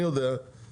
אני יודע שעכשיו,